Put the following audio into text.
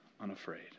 unafraid